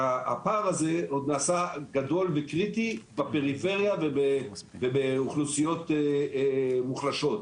והפער הזה עוד נעשה גדול וקריטי בפריפריה ובאוכלוסיות מוחלשות.